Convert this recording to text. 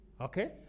Okay